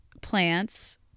plants